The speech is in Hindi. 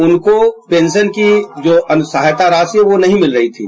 उनको पेंशन की जो अनुसहायता राशि है वो नहीं मिल रही थी